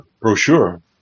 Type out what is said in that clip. brochure